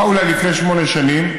באו אליי לפני שמונה שנים: